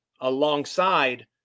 alongside